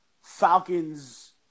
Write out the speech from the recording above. Falcons